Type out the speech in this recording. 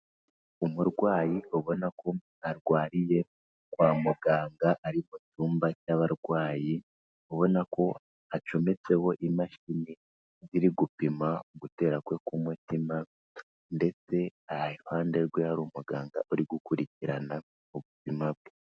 Umurwayi ubona ko arwariye kwa muganga ari mu cyumba cy'abarwayi, ubona ko acometseho imashini ziri gupima gutera kwe k'umutima ndetse iruhande rwe hari umuganga uri gukurikirana ubuzima bwe.